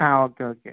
ആ okay okay